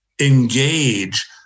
engage